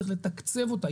צריך לתקצב אותה.